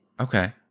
Okay